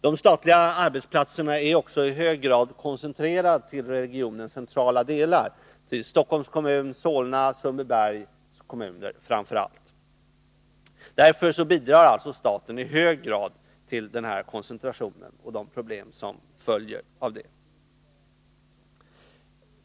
De statliga arbetsplatserna är också i hög grad koncentrerade till regionens centrala delar — framför allt Stockholms, Solna och Sundbybergs kommuner. Därför bidrar alltså staten i hög grad till koncentrationen och de problem som följer av den.